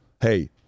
hey